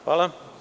Hvala.